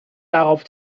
darauf